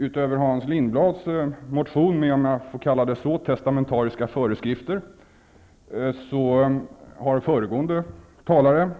Utöver Hans Lindblads -- om jag får kalla det så -- testamentariska föreskrifter, har föregående talare,